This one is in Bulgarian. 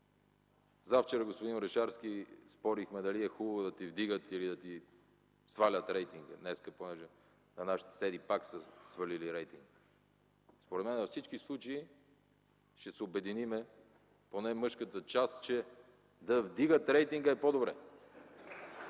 Завчера с господин Орешарски спорихме дали е хубаво да ти вдигат или да ти свалят рейтинга, понеже днес на нашите съседи пак са свалили рейтинга. Според мен във всички случаи ще се обединим, поне мъжката част, че да вдигат рейтинга е по-добре!